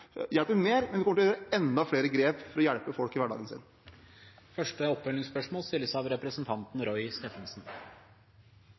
hjelper mer, men vi kommer til å gjøre enda flere grep for å hjelpe folk i hverdagen sin. Roy Steffensen – til oppfølgingsspørsmål.